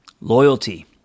Loyalty